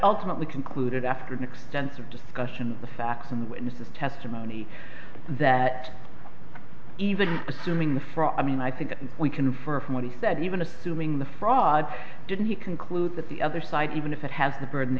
ultimately concluded after an extensive discussion of the facts on the witness testimony that even assuming the for i mean i think we can infer from what he said even assuming the fraud didn't he conclude that the other side even if it has the burden